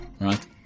Right